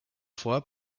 fois